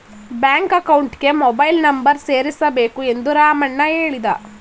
bank ಅಕೌಂಟ್ಗೆ mobile number ಸೇರಿಸಬೇಕು ಎಂದು ರಾಮಣ್ಣ ಹೇಳಿದ